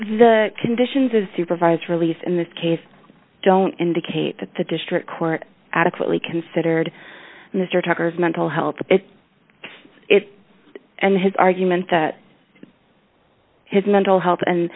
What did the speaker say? the conditions of supervised release in this case don't indicate that the district court adequately considered mr tucker's mental health and his argument that his mental health and